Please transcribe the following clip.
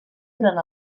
durant